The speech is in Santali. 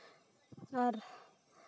ᱟᱨ